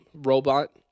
robot